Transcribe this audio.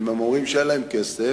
אם הם אומרים שאין להם כסף,